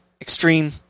extreme